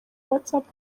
whatsapp